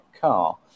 car